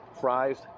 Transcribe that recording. fries